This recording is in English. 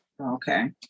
Okay